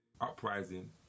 Uprising